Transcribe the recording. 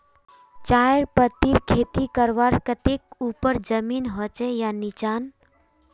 चाय पत्तीर खेती करवार केते ऊपर जमीन होचे या निचान?